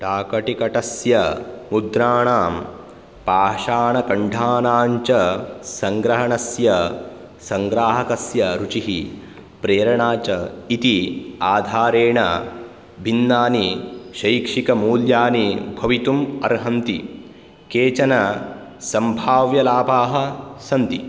डाकटिकटस्य मुद्राणां पाषाणखण्डाणां च सङ्ग्रहणस्य सङ्ग्राहकस्य रुचिः प्रेरणा च इति आधारेण भिन्नानि शैक्षिकमूल्यानि भवितुम् अर्हन्ति केचन सम्भाव्यलाभाः सन्ति